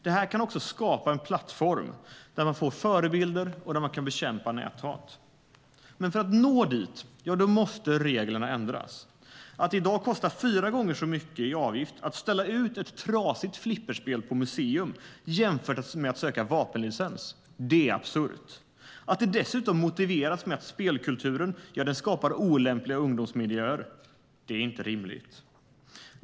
Det skulle kunna skapa en plattform där man kan få förebilder och där man kan bekämpa näthat. Men för att vi ska nå dit måste reglerna ändras. Att det i dag kostar fyra gånger så mycket i avgift att ställa ut ett trasigt flipperspel på museum jämfört med att söka en vapenlicens är absurt. Att det dessutom motiveras med att spelkulturen skapar olämpliga ungdomsmiljöer är inte rimligt.